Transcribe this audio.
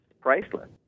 priceless